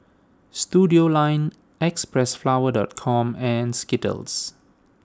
Studioline Xpressflower the Com and Skittles